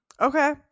Okay